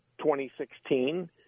2016